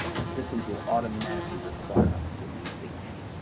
the system will automatically require us to get new signatures.